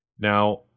Now